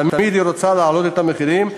תמיד היא רוצה להעלות את המחירים,